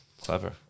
Clever